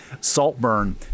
Saltburn